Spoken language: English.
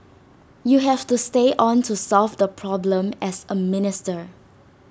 you have to stay on to solve the problem as A minister